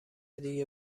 دیگه